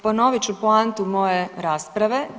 Ponovit ću poantu moje rasprave.